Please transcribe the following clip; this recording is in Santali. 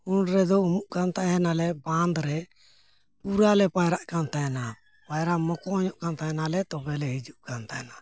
ᱩᱱ ᱨᱮᱫᱚ ᱩᱢᱩᱜ ᱠᱟᱱ ᱛᱟᱦᱮᱱᱟᱞᱮ ᱵᱟᱸᱫ ᱨᱮ ᱯᱩᱨᱟᱹᱞᱮ ᱯᱟᱭᱨᱟᱜ ᱠᱟᱱ ᱛᱟᱦᱮᱱᱟ ᱯᱟᱭᱨᱟ ᱢᱚᱠᱚᱧᱚᱜ ᱠᱟᱱ ᱛᱟᱦᱮᱱᱟᱞᱮ ᱛᱚᱵᱮᱞᱮ ᱦᱤᱡᱩᱜ ᱠᱟᱱ ᱛᱟᱦᱮᱱᱟ